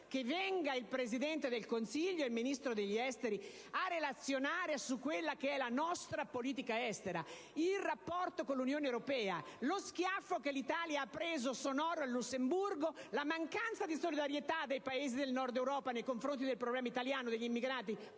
che il Presidente del Consiglio ed il Ministro degli affari esteri venissero a relazionare in quest'Aula sulla nostra politica estera, sul rapporto con l'Unione europea, sullo schiaffo sonoro che l'Italia ha preso a Lussemburgo, sulla mancanza di solidarietà dei Paesi del Nord Europa nei confronti del problema italiano degli immigrati,